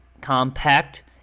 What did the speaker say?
Compact